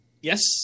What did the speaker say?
Yes